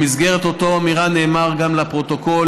במסגרת אותה אמירה נאמר גם לפרוטוקול